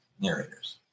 narrators